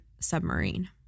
submarine